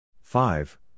five